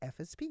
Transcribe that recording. fsp